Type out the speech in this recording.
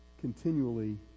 continually